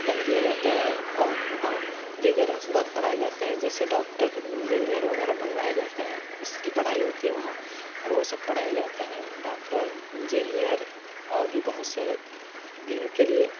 کم دیا جاتا ہے اور وہاں دیگر اسباب پڑھائے جاتے ہیں جیسے ڈاکٹر انجینئر وغیرہ بنوایا جاتا ہے اس کی پڑھائی ہوتی ہے وہاں اور وہ سب پڑھایا جاتا ہے ڈاکٹر انجینئر اور بھی بہت سے دین کے لیے